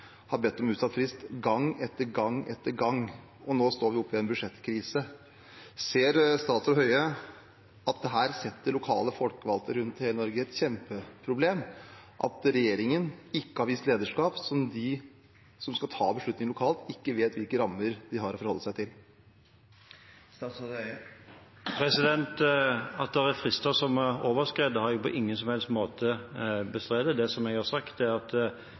har bedt om utsatt frist gang etter gang, og nå står vi i en budsjettkrise. Ser statsråd Høie at dette setter lokale folkevalgte rundt i hele Norge i et kjempeproblem – at regjeringen ikke har vist lederskap, slik at de som skal ta beslutninger lokalt, ikke vet hvilke rammer de har å forholde seg til? At det er frister som er overskredet, har jeg på ingen som helst måte bestridd. Det jeg har sagt, er at